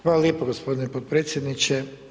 Hvala lijepo gospodine potpredsjedniče.